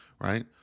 right